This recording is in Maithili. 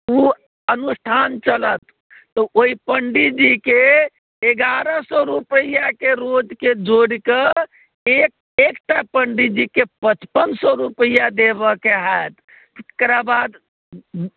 ओ अनुष्ठान चलत ओहि पण्डिजीकेँ एगारह सए रुपैआके रोजके जोड़ि कऽ एक एकटा पण्डितजीकेँ पचपन सए रुपैआ देबऽके होयत एकरा बाद